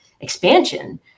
expansion